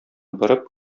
борып